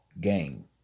game